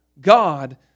God